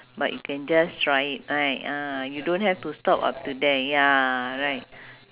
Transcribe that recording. but you can just try it right ah you don't have to stop after that ya right